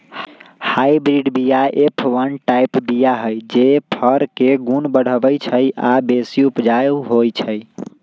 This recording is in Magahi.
हाइब्रिड बीया एफ वन टाइप बीया हई जे फर के गुण बढ़बइ छइ आ बेशी उपजाउ होइ छइ